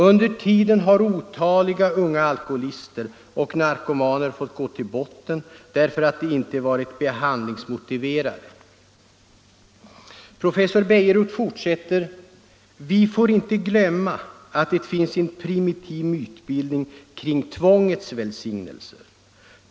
Under tiden har otaliga unga alkoholister och narkomaner fått gå till botten därför att de inte varit ”behandlingsmotiverade”. Professor Bejerot fortsätter: ”Vi får inte glömma att det finns en primitiv mytbildning kring tvångets välsignelser.